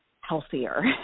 healthier